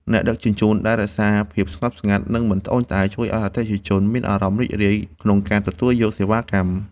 អ្នកដឹកជញ្ជូនដែលរក្សាភាពស្ងប់ស្ងាត់ និងមិនត្អូញត្អែរជួយឱ្យអតិថិជនមានអារម្មណ៍រីករាយក្នុងការទទួលយកសេវាកម្ម។